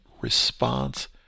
response